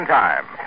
time